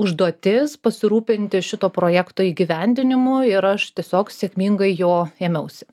užduotis pasirūpinti šito projekto įgyvendinimu ir aš tiesiog sėkmingai jo ėmiausi